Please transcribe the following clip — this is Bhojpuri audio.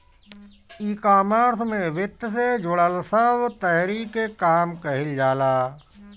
ईकॉमर्स में वित्त से जुड़ल सब तहरी के काम कईल जाला